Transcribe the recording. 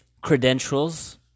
credentials